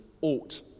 ought